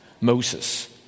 Moses